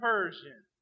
Persian